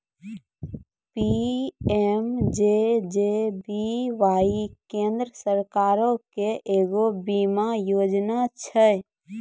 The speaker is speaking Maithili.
पी.एम.जे.जे.बी.वाई केन्द्र सरकारो के एगो बीमा योजना छै